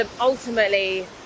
ultimately